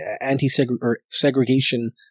anti-segregation